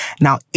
Now